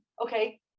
okay